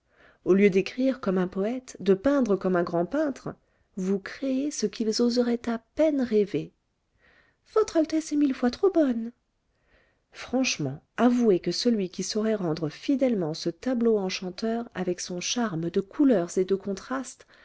au lieu d'écrire comme un poëte de peindre comme un grand peintre vous créez ce qu'ils oseraient à peine rêver votre altesse est mille fois trop bonne franchement avouez que celui qui saurait rendre fidèlement ce tableau enchanteur avec son charme de couleurs et de contrastes